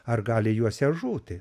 ar gali juose žūti